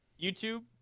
YouTube